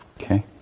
Okay